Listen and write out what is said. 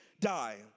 die